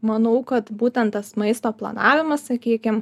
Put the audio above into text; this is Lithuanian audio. manau kad būtent tas maisto planavimas sakykim